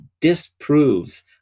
disproves